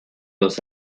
los